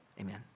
Amen